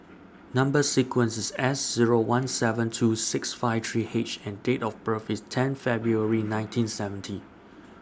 Number sequence IS S Zero one seven two six five three H and Date of birth IS ten February nineteen seventy